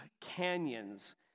canyons